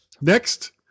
next